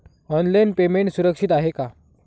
Online payment सुरक्षित आहे का?